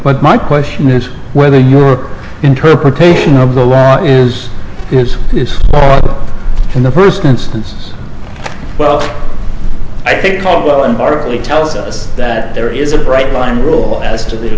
but my question is whether your interpretation of the law is because in the first instance well i think falwell and morally tells us that there is a bright line rule as to the